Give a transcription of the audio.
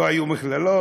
לא היו מכללות,